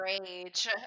rage